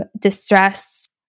distressed